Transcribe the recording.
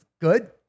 good